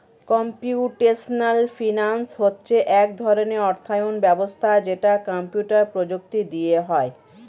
computational finance হচ্ছে এক ধরণের অর্থায়ন ব্যবস্থা যেটা কম্পিউটার প্রযুক্তি দিয়ে হয়